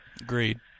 Agreed